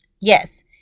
yes